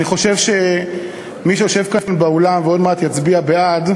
אני חושב שמי שיושב כאן באולם ועוד מעט יצביע בעד,